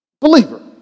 believer